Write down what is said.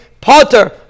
potter